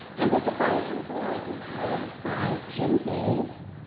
and this advisory board is led by jim hayes,